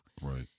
right